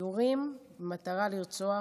יורים במטרה לרצוח,